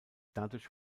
dadurch